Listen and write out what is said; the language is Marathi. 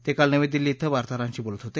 ते काल नवी दिल्ली झें वार्ताहरांशी बोलत होते